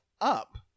up